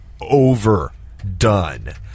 overdone